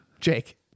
Jake